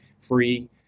free